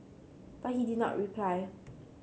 but he did not reply